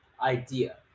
idea